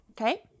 Okay